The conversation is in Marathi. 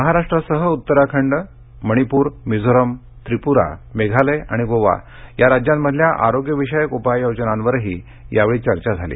महाराष्ट्रासह उत्तराखंड मणीपूर मिझोराम त्रिपुरा मेघालय आणि गोवा या राज्यांमधल्या आरोग्यविषयक उपाययोजनांवरही यावेळी चर्चा झाली